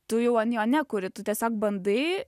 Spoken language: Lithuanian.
tu jau an jo nekuri tu tiesiog bandai